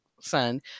son